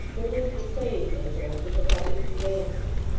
it was the same, they heard, with the public conveyances.